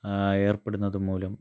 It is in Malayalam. ഏർപ്പെടുന്നത് മൂലം